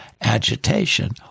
agitation